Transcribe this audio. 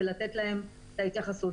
ולתת להם את ההתייחסות.